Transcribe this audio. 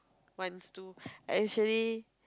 wants to actually